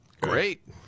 Great